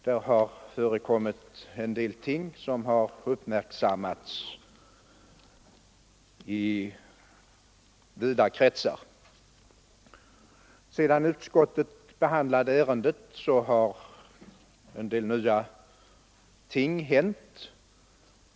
Det har förekommit en del ting som uppmärksammats i vida kretsar. Sedan utskottet behandlade ärendet har en del nya ting hänt.